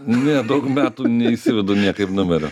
ne daug metų neįsivedu niekaip numerio